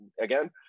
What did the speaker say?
again